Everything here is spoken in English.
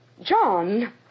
John